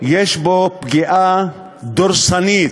יש בו פגיעה דורסנית,